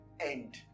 End